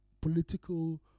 political